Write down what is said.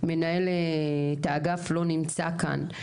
שמנהל את האגף לא נמצא כאן,